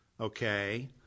okay